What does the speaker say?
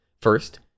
First